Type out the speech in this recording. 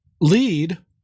lead